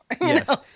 Yes